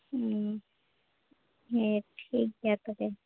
ᱦᱩᱸ ᱦᱮᱸ ᱴᱷᱤᱠ ᱜᱮᱭᱟ ᱛᱚᱵᱮ